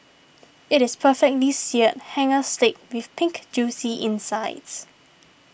it is perfectly Seared Hanger Steak with Pink Juicy insides